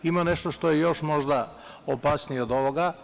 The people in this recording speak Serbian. Ima nešto što je još opasnije od ovoga.